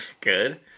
Good